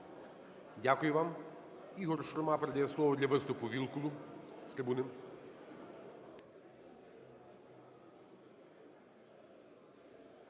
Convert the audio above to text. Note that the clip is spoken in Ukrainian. Дякую вам. Ігор Шурма передає слово для виступу Вілкулу,